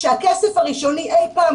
כשהכסף הראשוני אי פעם,